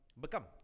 become